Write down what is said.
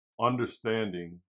understanding